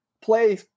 play